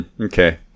Okay